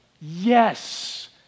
yes